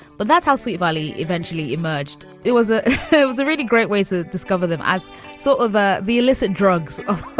but that's how sweet valley eventually emerged it was ah it was a really great way to discover them as sort so of ah the illicit drugs of